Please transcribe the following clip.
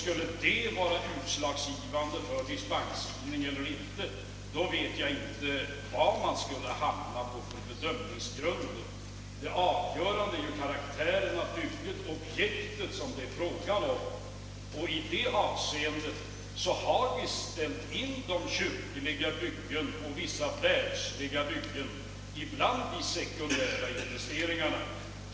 Skulle den saken vara utslagsgivande för dispensgivningen, då vet jag inte vilka bedömningsgrunder man skulle tillämpa. Det avgörande är karaktären av bygget, objektet, och i det avseendet har vi ställt in de kyrkliga byggena och vissa världsliga byggen bland de sekundära investeringarna.